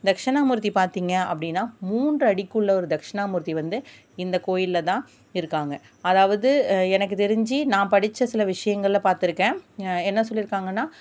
தட்சணாமூர்த்தி பார்த்திங்க அப்படீனா மூன்று அடிக்குள்ளே ஒரு தட்சிணாமூர்த்தி வந்து இந்தக்கோயிலில் தான் இருக்காங்க அதாவது எனக்கு தெரிஞ்சு நான் படிச்ச சில விஷயங்களில் பார்த்துருக்கேன் என்ன சொல்லி இருக்காங்கனா